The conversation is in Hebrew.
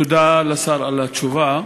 תודה לשר על התשובה.